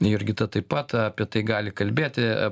jurgita taip pat apie tai gali kalbėti